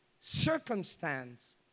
circumstance